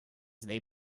they